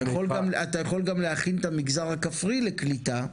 אתה יכול גם להכין את המגזר הכפרי לקליטה.